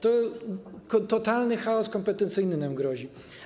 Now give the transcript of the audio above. Totalny chaos kompetencyjny nam grozi.